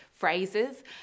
Phrases